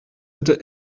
bitte